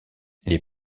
les